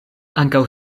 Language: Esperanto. ankaŭ